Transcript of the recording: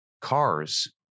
cars